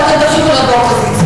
ואתם תמשיכו להיות באופוזיציה.